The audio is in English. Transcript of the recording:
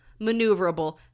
maneuverable